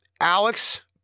Alex